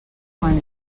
quan